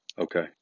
Okay